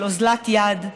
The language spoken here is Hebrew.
של אוזלת יד,